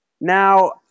Now